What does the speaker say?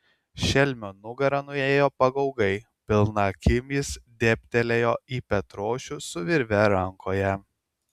šelmio nugara nuėjo pagaugai pilna akim jis dėbtelėjo į petrošių su virve rankoje